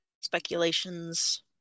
speculations